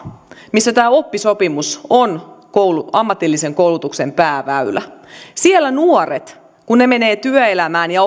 missä tämä oppisopimus on ammatillisen koulutuksen pääväylä siellä nuorilla kun he menevät työelämään ja